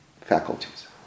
faculties